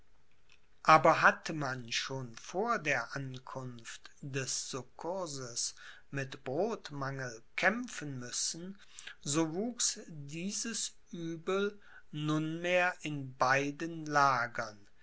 aber hatte man schon vor der ankunft des succurses mit brodmangel kämpfen müssen so wuchs dieses uebel nunmehr in beiden lagern